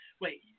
Wait